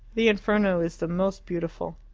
the inferno is the most beautiful.